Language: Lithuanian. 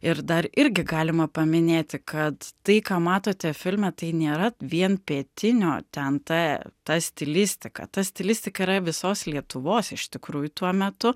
ir dar irgi galima paminėti kad tai ką matote filme tai nėra vien pietinio ten ta ta stilistika ta stilistika yra visos lietuvos iš tikrųjų tuo metu